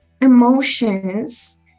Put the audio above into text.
emotions